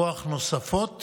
כוח נוספות